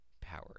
power